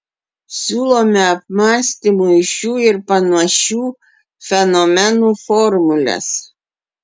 siūlome apmąstymui šių ir panašių fenomenų formules